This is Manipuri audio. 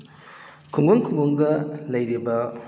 ꯈꯨꯡꯒꯪ ꯈꯨꯡꯒꯪꯗ ꯂꯩꯔꯤꯕ